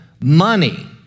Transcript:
money